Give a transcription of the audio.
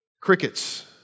Crickets